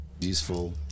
useful